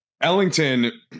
Ellington